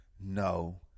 No